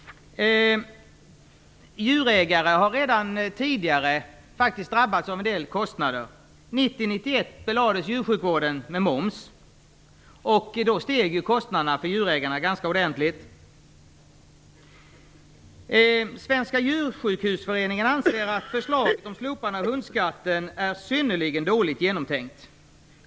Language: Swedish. Djurägare har redan tidigare faktiskt drabbats av en del kostnader. 1990/91 belades djursjukvården med moms. Då steg kostnaderna för djurägarna ganska ordentligt. Svenska djursjukhusföreningen anser att förslaget om ett slopande av hundskatten är synnerligen dåligt genomtänkt.